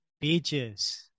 Beaches